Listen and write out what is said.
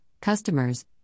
customers